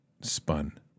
spun